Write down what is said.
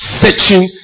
searching